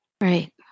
Right